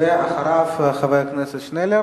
אחריו חבר הכנסת שנלר